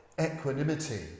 equanimity